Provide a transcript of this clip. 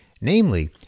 namely